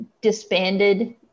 disbanded